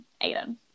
Aiden